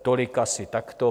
Tolik asi takto.